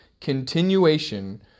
continuation